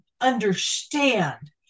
understand